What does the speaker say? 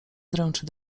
dręczy